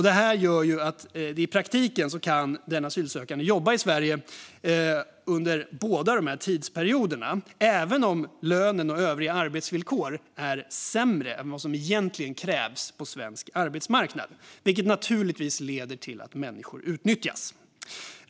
Det gör att den asylsökande i praktiken kan jobba i Sverige under båda dessa tidsperioder även om lönen och övriga arbetsvillkor är sämre än vad som egentligen krävs på svensk arbetsmarknad, vilket naturligtvis leder till att människor utnyttjas.